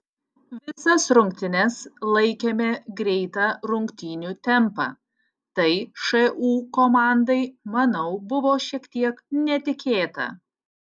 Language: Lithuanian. visas rungtynes laikėme greitą rungtynių tempą tai šu komandai manau buvo šiek tiek netikėta